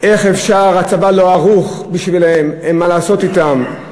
איך אפשר, הצבא לא ערוך בשבילם, אין מה לעשות אתם.